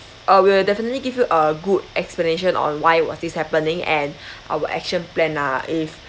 uh we'll definitely give you a good explanation on why was this happening and our action plan ah if